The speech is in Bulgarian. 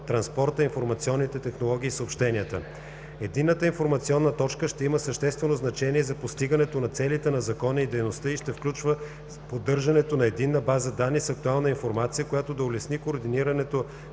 транспорта, информационните технологии и съобщенията. Единната информационна точка ще има съществено значение за постигането на целите на закона и дейността й ще включва поддържането на единна база данни с актуална информация, която да улесни координирането